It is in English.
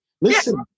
listen